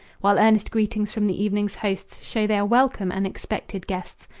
while earnest greetings from the evening's hosts show they are welcome and expected guests.